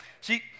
See